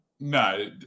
No